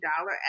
dollar